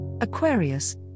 Aquarius